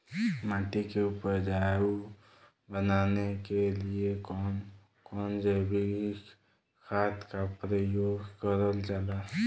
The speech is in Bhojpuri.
माटी के उपजाऊ बनाने के लिए कौन कौन जैविक खाद का प्रयोग करल जाला?